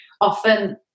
Often